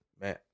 Man